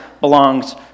belongs